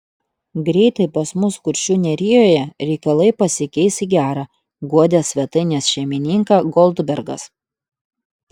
greitai pas mus kuršių nerijoje reikalai pasikeis į gera guodė svetainės šeimininką goldbergas